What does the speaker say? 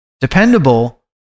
dependable